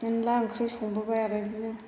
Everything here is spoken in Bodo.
मेरला ओंख्रि संबोबाय आरो बिदिनो